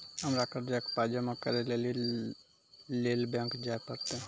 हमरा कर्जक पाय जमा करै लेली लेल बैंक जाए परतै?